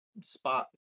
spot